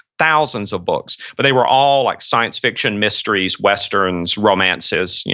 thousands of books. but they were all like science fiction, mysteries, westerns, romances. yeah